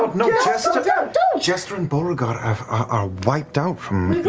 but jester jester and beauregard are wiped out from